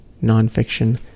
non-fiction